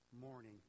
morning